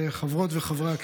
חברות וחברי הכנסת,